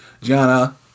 Gianna